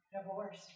Divorce